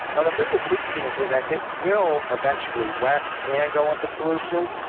well, the thing with lucene is that it will eventually wet and go into solution.